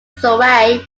suraj